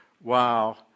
wow